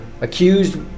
accused